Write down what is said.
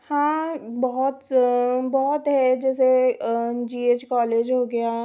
हाँ बहुत बहुत है जैसे जी एच कॉलेज हो गया